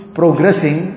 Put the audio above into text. progressing